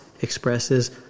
expresses